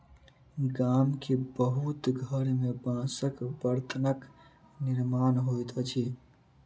गाम के बहुत घर में बांसक बर्तनक निर्माण होइत अछि